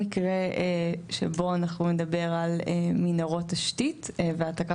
שבו אנחנו נדבר על מנהרות תשתית והעתקה